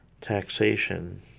Taxation